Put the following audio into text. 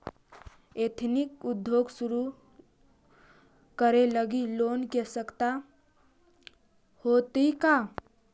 Ethnic उद्योग शुरू करे लगी लोन के आवश्यकता होतइ का?